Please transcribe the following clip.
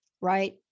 right